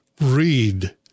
read